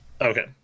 Okay